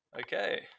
Okay